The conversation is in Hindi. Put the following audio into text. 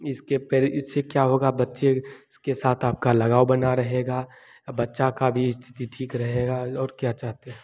इसके पहले इस से क्या होगा बच्चे के साथ आपका लगाव बना रहेगा और बच्चे के भी स्थिति ठीक रहेगी और क्या चाहते हैं